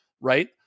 right